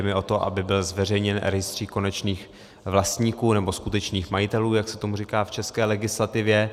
Jde mi o to, aby byl zveřejněn rejstřík konečných vlastníků, nebo skutečných majitelů, jak se tomu říká v české legislativě.